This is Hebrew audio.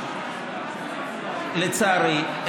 לצערי,